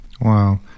Wow